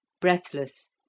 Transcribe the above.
Breathless